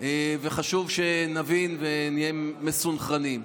וחשוב שנבין ונהיה מסונכרנים.